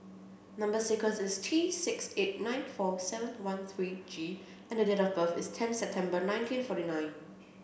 number sequence is T six eight nine four seven one three G and date of birth is tenth September nineteen forty nine